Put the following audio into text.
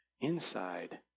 inside